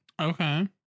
Okay